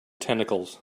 tentacles